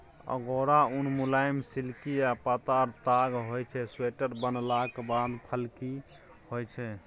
अगोरा उन मुलायम, सिल्की आ पातर ताग होइ छै स्वेटर बनलाक बाद फ्लफी होइ छै